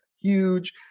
huge